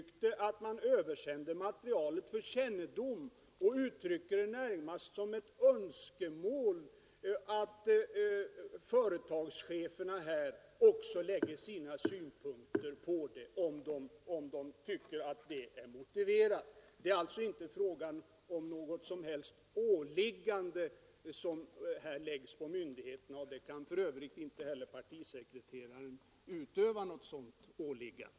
Det heter att materialet översändes för kännedom och man uttrycker det närmast som ett önskemål att företagscheferna också framlägger sina synpunkter om de finner detta motiverat. Det är alltså inte frågan om något som helst åläggande för myndigheterna; en partistyrelse har för övrigt inte möjlighet att komma med något sådant krav.